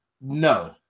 no